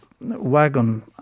wagon